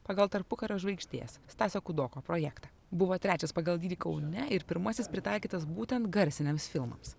pagal tarpukario žvaigždės stasio kudoko projektą buvo trečias pagal dydį kaune ir pirmasis pritaikytas būtent garsiniams filmams